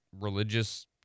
religious